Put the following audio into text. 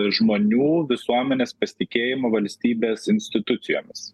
žmonių visuomenės pasitikėjimą valstybės institucijomis